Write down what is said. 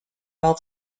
all